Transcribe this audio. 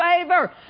favor